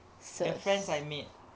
there are friends I made